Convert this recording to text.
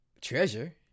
treasure